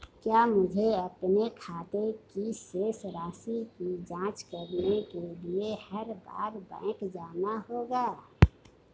क्या मुझे अपने खाते की शेष राशि की जांच करने के लिए हर बार बैंक जाना होगा?